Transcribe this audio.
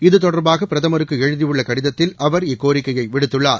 இது தொடர்பாக பிரதமருக்கு எழுதியுள்ள கடிதத்தில் அவர் இக்கோரிக்கையை விடுத்துள்ளார்